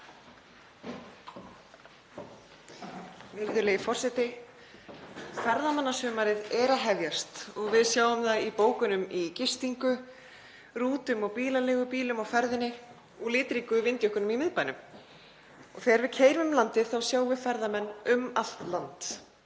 Virðulegi forseti. Ferðamannasumarið er að hefjast og við sjáum það á bókunum á gistingu, rútum og bílaleigubílum á ferðinni og litríku vindjökkunum í miðbænum. Þegar við keyrum um landið sjáum við ferðamenn um allt land,